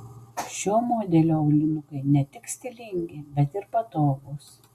šio modelio aulinukai ne tik stilingi bet ir patogūs